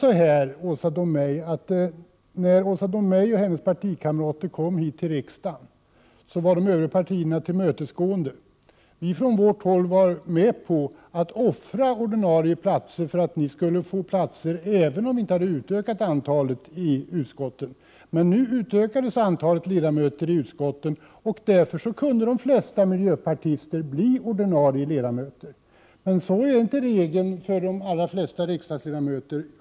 När Åsa Domeij och hennes partikamrater kom till riksdagen visade de övriga partierna tillmötesgående. Vi var på vårt håll med på att offra ordinarie platser för att ni skulle få sådana, även om antalet platser i utskotten inte hade utökats. Men nu utökades antalet ledamöter i utskotten, och därför kunde de flesta miljöpartister bli ordinarie ledamöter. Motsvarande ordning gäller dock inte för övriga riksdagsledamöter.